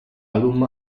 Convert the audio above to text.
album